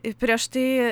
i prieš tai